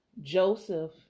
Joseph